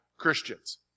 Christians